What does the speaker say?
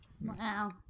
Wow